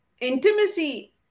intimacy